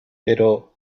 pero